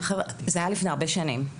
זה היה לפני הרבה שנים.